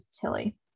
Tilly